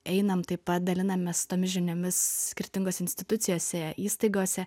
einam taip pat dalinamės tomis žiniomis skirtingose institucijose įstaigose